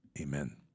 Amen